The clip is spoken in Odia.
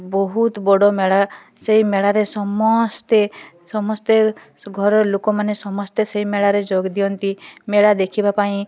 ବହୁତ ବଡ଼ ମେଳା ସେଇ ମେଳାରେ ସମସ୍ତେ ସମସ୍ତେ ଘରର ଲୋକମାନେ ସମସ୍ତେ ମାନେ ସେଇ ମେଳାରେ ଯୋଗ ଦିଅନ୍ତି ମେଳା ଦେଖିବା ପାଇଁ